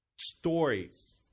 Stories